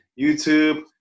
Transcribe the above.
youtube